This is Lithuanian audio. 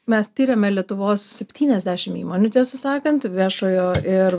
mes tiriame lietuvos septyniasdešim įmonių tiesą sakant viešojo ir